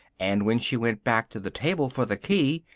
and when she went back to the table for the key,